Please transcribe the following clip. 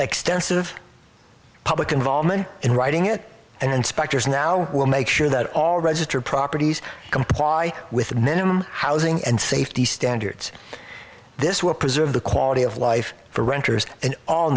extensive public involvement in writing it and inspectors now will make sure that all register properties comply with minimum housing and safety standards this will preserve the quality of life for renters and all